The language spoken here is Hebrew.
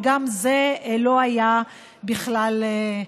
וגם זה לא היה ברור בכלל.